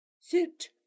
Sit